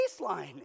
baseline